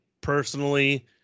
personally